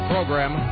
Program